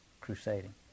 crusading